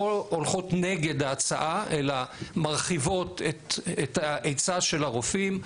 לא הולכות נגד ההצעה אלא מרחיבות את ההיצע של הרופאים,